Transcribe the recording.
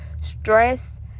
stress